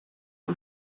des